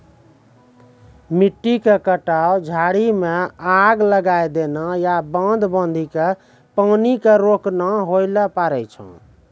मिट्टी के कटाव, झाड़ी मॅ आग लगाय देना या बांध बांधी कॅ पानी क रोकना होय ल पारै छो